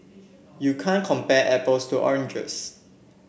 you can't compare apples to oranges